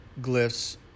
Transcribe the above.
glyphs